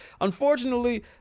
Unfortunately